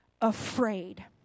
afraid